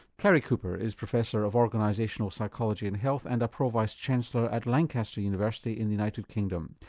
cary cooper is professor of organisational psychology and health and a pro vice chancellor at lancaster university in the united kingdom.